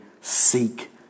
seek